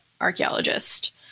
archaeologist